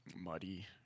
Muddy